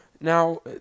Now